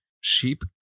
Sheep